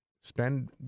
Spend